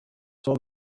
saw